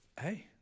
hey